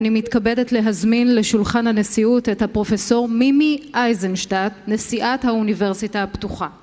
אני מתכבדת להזמין לשולחן הנשיאות את הפרופ' מימי אייזנשטט, נשיאת האוניברסיטה הפתוחה